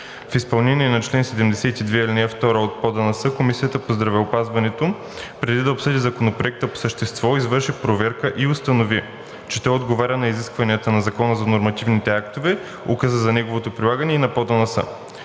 и дейността на Народното събрание Комисията по здравеопазването, преди да обсъди Законопроекта по същество, извърши проверка и установи, че той отговаря на изискванията на Закона за нормативните актове, указа за неговото прилагане и на ПОДНС.